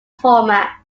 format